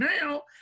now